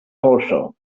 poŝo